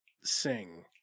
sing